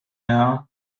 now